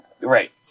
right